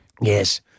Yes